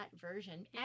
version